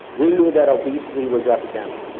we knew that obesity was epidemic.